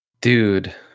Dude